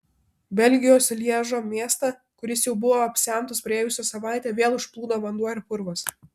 belgijos lježo miestą kuris jau buvo apsemtas praėjusią savaitę vėl užplūdo vanduo ir purvas